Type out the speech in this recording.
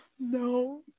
no